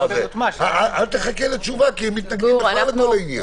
אל תחכה לתשובה, כי הם מתנגדים לכל העניין.